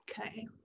Okay